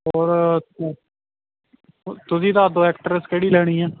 ਔਰ ਤੁਸੀਂ ਦੱਸ ਦਿਓ ਐਕਟਰਸ ਕਿਹੜੀ ਲੈਣੀ ਆ